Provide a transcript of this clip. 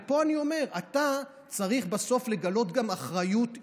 אתה בסוף צריך לגלות גם אחריות אישית.